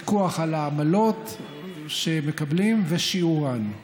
פיקוח על העמלות שמקבלים ושיעורן.